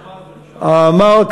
67'. לא, ודאי שלא.